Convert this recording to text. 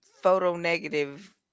photo-negative